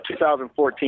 2014